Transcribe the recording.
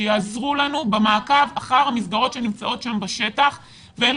שיעזרו לנו במעקב אחר המסגרות שנמצאות בשטח ואין